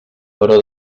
però